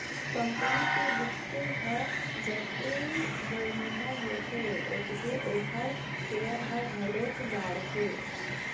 company के बित्त ह जतके बड़िहा होथे ओतके ओखर सेयर ह घलोक बाड़थे